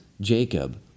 Jacob